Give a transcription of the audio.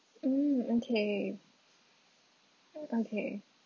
um okay okay